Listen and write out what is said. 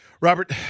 Robert